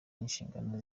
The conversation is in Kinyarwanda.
inshingano